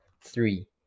Three